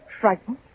Frightened